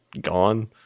gone